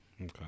Okay